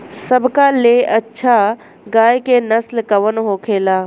सबका ले अच्छा गाय के नस्ल कवन होखेला?